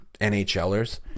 NHLers